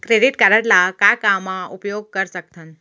Credit card ला का का मा उपयोग कर सकथन?